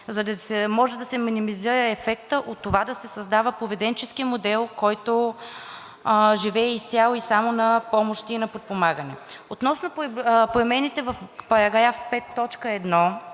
за да може да се минимизира ефектът от това да се създава поведенчески модел, който живее изцяло и само на помощи и на подпомагане. Относно промените в § 5,